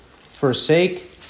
forsake